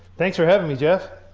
thanks for having me, jeff